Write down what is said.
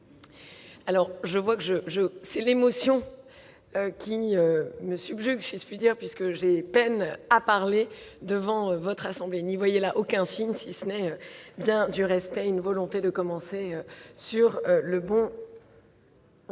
les sénateurs, l'émotion me subjugue, si je puis dire, puisque j'ai peine à parler devant votre assemblée. N'y voyez là aucun signe, si ce n'est du respect et de ma volonté de commencer sur le bon pied